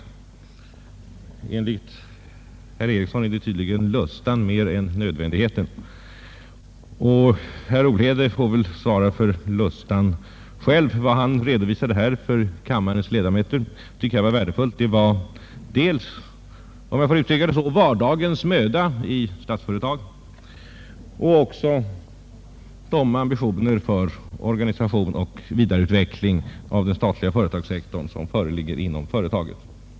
Enligt herr Ericsson är det tydligen lustan mer än nödvändigheten. Vad herr Olhede här redovisade för kammaren tycker jag var värdefullt. Det gällde dels vardagens möda i Statsföretag, dels de ambitioner för organisation och vidareutveckling av den statliga företagssektorn som föreligger inom företaget.